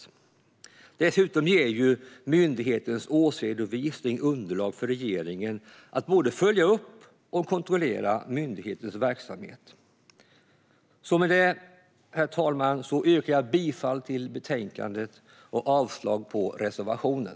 Dessutom ger myndighetens årsredovisning underlag för regeringen att både följa upp och kontrollera myndighetens verksamhet. Med detta, herr talman, yrkar jag bifall till utskottets förslag i betänkandet och avslag på reservationen.